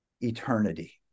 eternity